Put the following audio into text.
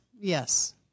Yes